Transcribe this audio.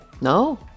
No